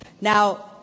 now